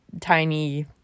tiny